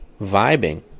vibing